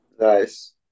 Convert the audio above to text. Nice